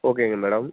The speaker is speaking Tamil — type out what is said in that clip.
ஓகேங்க மேடம்